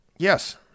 Yes